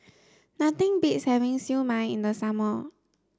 nothing beats having siew mai in the summer